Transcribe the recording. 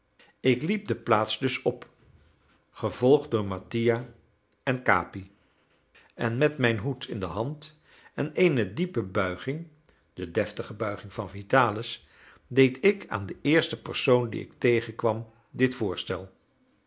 ik liep de plaats dus op gevolgd door mattia en capi en met mijn hoed in de hand en eene diepe buiging de deftige buiging van vitalis deed ik aan den eersten persoon dien ik tegenkwam dit voorstel